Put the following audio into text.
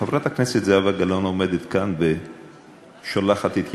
חברת הכנסת זהבה גלאון עומדת כאן ושולחת את ידיה.